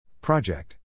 Project